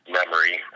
memory